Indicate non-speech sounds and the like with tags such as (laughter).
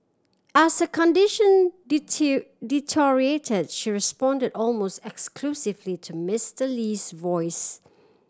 as her condition (unintelligible) deteriorated she responded almost exclusively to Mister Lee's voice